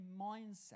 mindset